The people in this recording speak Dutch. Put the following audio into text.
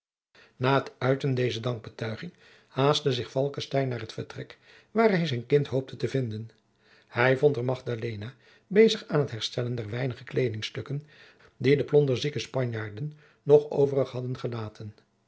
na het uiten dezer dankbetuiging haastte zich falckestein naar het vertrek waar hij zijn kind hoopte te vinden hij vond er magdalena bezig aan het herstellen der weinige kleedingstukken die de plonderzieke spanjaarden nog overig hadden gelaten